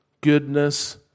goodness